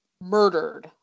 murdered